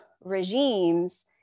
regimes